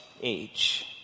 age